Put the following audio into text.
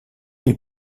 les